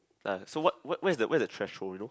ya so what what where's the where's the threshold you know